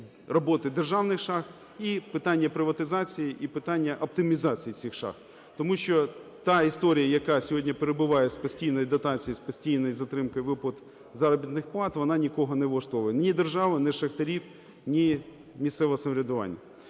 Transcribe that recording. роботи державних шахт, і питання приватизації, і питання оптимізації цих шахт. Тому що та історія, яка сьогодні перебуває з постійною дотацією, з постійною затримкою виплат заробітних плат, вона нікого не влаштовує: ні державу, ні шахтарів, ні місцеве самоврядування.